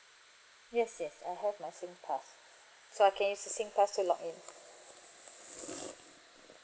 yes yes I have my singpass so I can use the singpass to log in